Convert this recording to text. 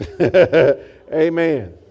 Amen